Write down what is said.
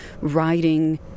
writing